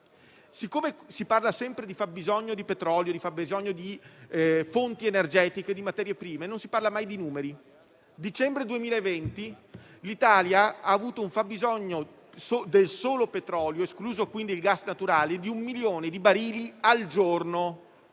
Siccome si parla sempre di fabbisogno di petrolio, di fonti energetiche e di materie prime, non si parla mai di numeri. Nel dicembre 2020 l'Italia ha avuto un fabbisogno, guardando solo al petrolio (escluso quindi il gas naturale), di 1 milione di barili al giorno.